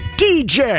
dj